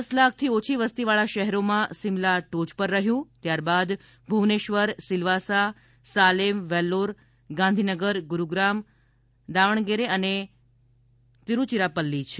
દસ લાખથી ઓછી વસતીવાળા શહેરોમાં સિમલા ટોચ પર રહ્યું છે ત્યારબાદ ભુવનેશ્વર સિલવાસા કાકિનાડા સાલેમ વેલ્લોર ગાંધીનગર ગુરુગ્રામ દાવણગેરે અને તિરુચિરાપલ્લી છે